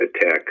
attack